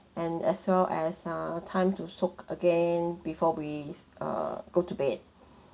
and as well as uh time to soak again before we err go to bed